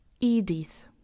Edith